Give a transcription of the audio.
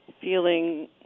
feeling